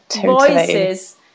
voices